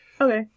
Okay